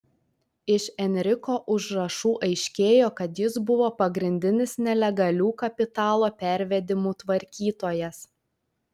iš enriko užrašų aiškėjo kad jis buvo pagrindinis nelegalių kapitalo pervedimų tvarkytojas